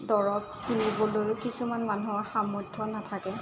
দৰৱ কিনিবলৈয়ো কিছুমান মানুহৰ সামৰ্থ্য নাথাকে